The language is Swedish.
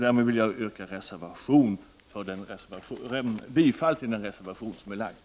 Därmed vill jag yrka bifall till reservationen.